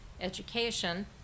education